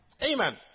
Amen